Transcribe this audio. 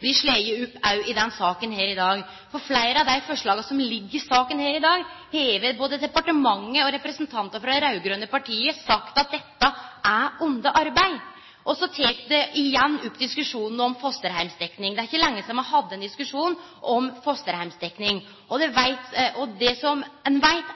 i denne saka, har både departementet og representantar frå dei raud-grøne partia sagt er under arbeid. Og så tek ein igjen opp diskusjonen om fosterheimsdekning. Det er ikkje lenge sidan me hadde ein diskusjon om det. Og det ein veit